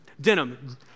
Denim